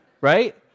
Right